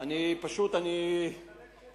צריך להתחלק חצי-חצי.